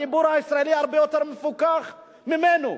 הציבור הישראלי הרבה יותר מפוכח ממנו.